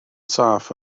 saff